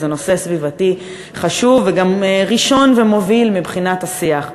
שזה נושא סביבתי חשוב וגם ראשון ומוביל מבחינת השיח.